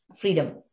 freedom